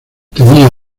tenía